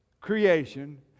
creation